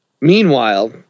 Meanwhile